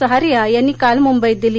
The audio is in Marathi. सहारिया यांनी काल मुंबईत दिली